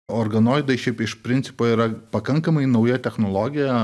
organoidai šiaip iš principo yra pakankamai nauja technologija